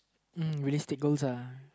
uh realistic goals uh